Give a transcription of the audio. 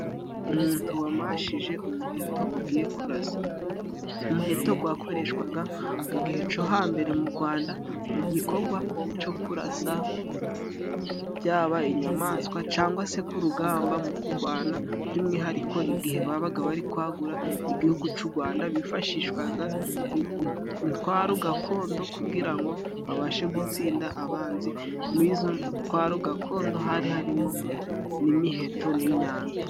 Umuntu wamashije umuheto ugiye kurasa. Umuheto gwakoreshwaga mu gihe co hambere mu Gwanda mu gikogwa co kurasa byaba inyamaswa cangwa se ku rugamba mu kugwana by'umwihariko igihe babaga bari kwagura igihugu cy'u Gwanda bifashishwaga intwaro gakondo kugira ngo babashe gutsinda abanzi b'izo ntwaro gakondo hari harimo n'imiheto n'imyambi.